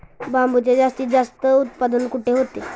बांबूचे जास्तीत जास्त उत्पादन कुठे होते?